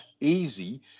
easy